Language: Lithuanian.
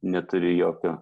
neturi jokio